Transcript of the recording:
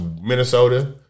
Minnesota